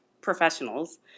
professionals